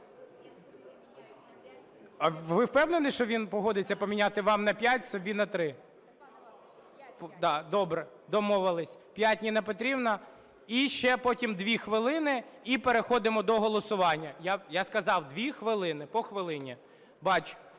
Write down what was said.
Ви впевнені, що він погодиться поміняти вам на 5, собі на 3? Добре, домовилися. 5 - Ніна Петрівна і ще потім 2 хвилини, і переходимо до голосування. Я сказав, 2 хвилини, по хвилині.